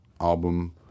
album